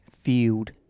field